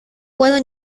puedo